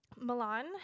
Milan